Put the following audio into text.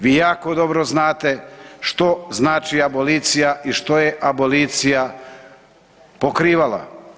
Vi jako dobro znate što znači abolicija i što je abolicija pokrivala.